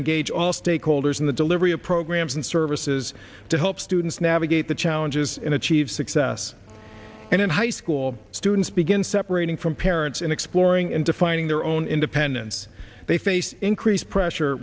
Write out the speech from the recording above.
engage all stakeholders in the delivery of programs and services to help students navigate the challenges in achieve success and in high school students begin separating from parents and exploring and defining their own independence they face increased pressure